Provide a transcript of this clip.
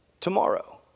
tomorrow